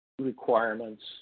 requirements